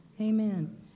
Amen